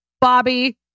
Bobby